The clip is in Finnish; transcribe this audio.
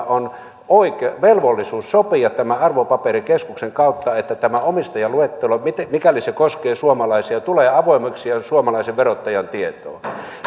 on velvollisuus sopia tämän arvopaperikeskuksen kautta että tämä omistajaluettelo mikäli se koskee suomalaisia tulee avoimeksi ja suomalaisen verottajan tietoon